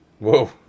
Whoa